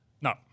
No